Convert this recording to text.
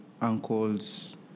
uncles